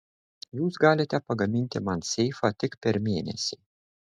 jūs galite pagaminti man seifą tik per mėnesį